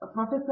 professor